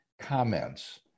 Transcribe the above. comments